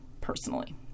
personally